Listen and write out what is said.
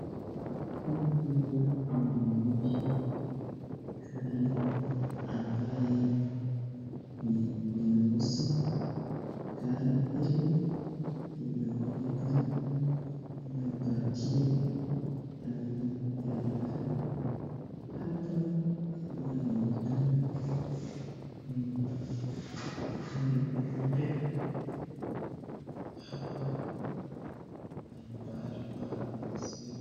Picha hii inaonyesha gari ambayo ni nyeusi. Gari hili linaonekana limepakiwa ndani ya gari. Hapa inaonekana ni gari mpya. Hapa ni pahali pa kuuzia.